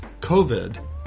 COVID